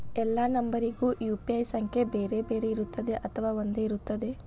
ಎಲ್ಲಾ ನಂಬರಿಗೂ ಯು.ಪಿ.ಐ ಸಂಖ್ಯೆ ಬೇರೆ ಇರುತ್ತದೆ ಅಥವಾ ಒಂದೇ ಇರುತ್ತದೆ?